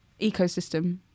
ecosystem